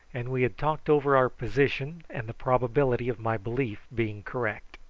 and we had talked over our position and the probability of my belief being correct.